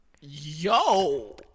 Yo